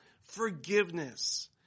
forgiveness